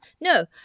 No